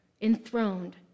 enthroned